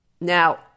Now